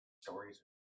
stories